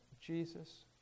Jesus